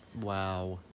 Wow